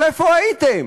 אבל איפה הייתם?